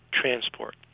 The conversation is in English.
transport